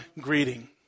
greeting